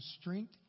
strength